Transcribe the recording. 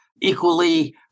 equally